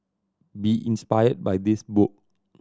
be inspired by this book